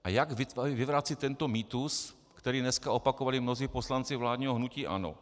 A jak vyvrací tento mýtus, který dneska opakovali mnozí poslanci vládního hnutí ANO?